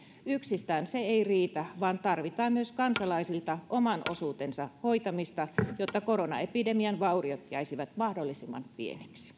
yksistään se ei riitä vaan tarvitaan myös kansalaisilta oman osuutensa hoitamista jotta koronaepidemian vauriot jäisivät mahdollisimman pieniksi